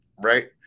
right